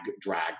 drag